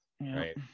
right